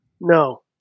No